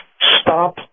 Stop